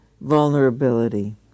vulnerability